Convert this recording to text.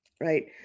right